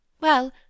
Well